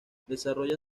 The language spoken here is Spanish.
desarrolla